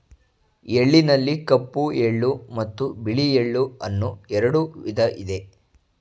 ಎಳ್ಳಿನಲ್ಲಿ ಕಪ್ಪು ಎಳ್ಳು ಮತ್ತು ಬಿಳಿ ಎಳ್ಳು ಅನ್ನೂ ಎರಡು ವಿಧ ಇದೆ